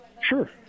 Sure